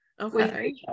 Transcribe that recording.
okay